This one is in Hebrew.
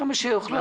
כמה שיוכלו.